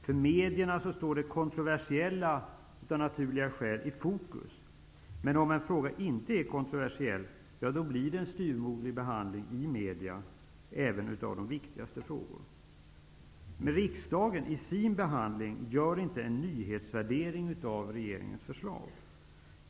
För medierna står av naturliga skäl det kontroversiella i fokus. Om en fråga inte är kontroversiell, då blir det en styvmoderlig behandling i media. Det gäller även de viktigaste frågor. Men riksdagen gör inte i sin behandling någon nyhetsvärdering av regeringens förslag.